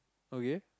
okay